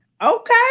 Okay